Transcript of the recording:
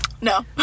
No